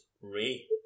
Ray